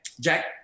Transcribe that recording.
jack